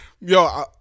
Yo